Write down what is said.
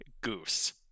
goose